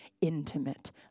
intimate